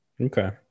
okay